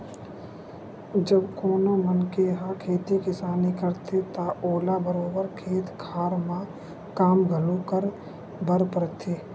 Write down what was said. जब कोनो मनखे ह खेती किसानी करथे त ओला बरोबर खेत खार म काम घलो करे बर परथे